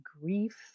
grief